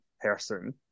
person